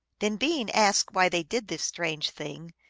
then, being asked why they did this strange thing,